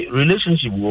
relationship